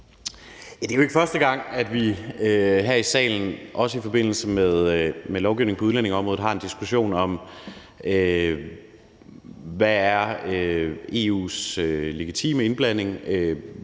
Det er jo ikke første gang, at vi her i salen, også i forbindelse med lovgivning på udlændingeområdet, har en diskussion om, hvad EU's legitime indblanding er,